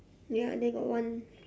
ya there got one